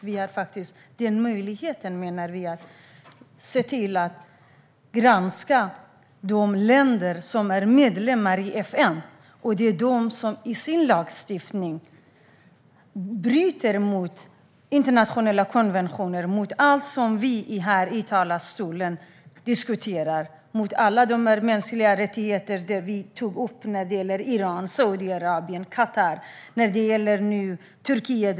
Vi har möjlighet att granska de länder som är medlemmar i FN och som i sin lagstiftning bryter mot internationella konventioner och mot allt det som vi här i talarstolen diskuterar. Vi har möjlighet att granska de länder som bryter mot alla de mänskliga rättigheter som vi har tagit upp: Iran, Saudiarabien, Qatar och Turkiet.